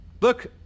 look